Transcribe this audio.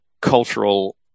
cultural